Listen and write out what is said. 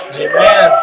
Amen